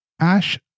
Ash